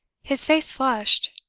his face flushed,